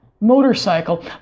motorcycle